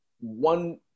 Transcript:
one